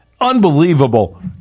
Unbelievable